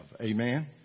Amen